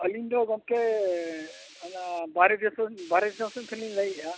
ᱟᱹᱞᱤᱧ ᱫᱚ ᱜᱚᱢᱠᱮ ᱚᱱᱟ ᱵᱟᱦᱨᱮ ᱫᱤᱥᱚᱢ ᱚᱱᱟ ᱵᱟᱦᱨᱮ ᱫᱤᱥᱚᱢ ᱠᱷᱚᱱ ᱞᱤᱧ ᱞᱟᱹᱭᱮᱜᱼᱟ